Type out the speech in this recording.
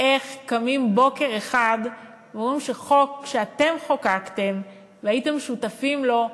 איך קמים בוקר אחד ואומרים שחוק שאתם חוקקתם והייתם שותפים לו,